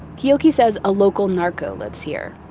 keoki says a local narco lives here.